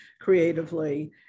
creatively